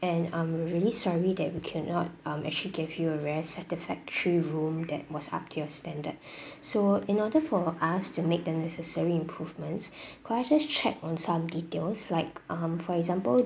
and I'm really sorry that we cannot um actually give you a rare satisfactory room that was up to your standard so in order for us to make the necessary improvements could I just check on some details like um for example